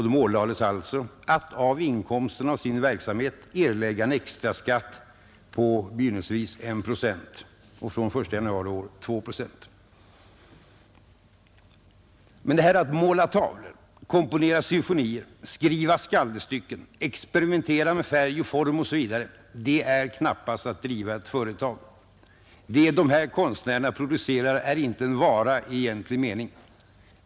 De ålades alltså att av inkomsten av sin verksamhet erlägga en extra skatt på begynnelsevis 1 procent och från den 1 januari i år 2 procent. Men att måla tavlor, komponera symfonier, skriva skaldestycken, experimentera med färg och form osv. — det är knappast att driva ett företag. Vad dessa konstnärer producerar är inte en vara i egentlig mening.